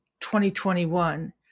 2021